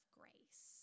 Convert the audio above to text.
grace